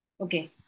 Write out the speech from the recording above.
Okay